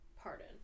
Pardon